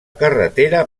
carretera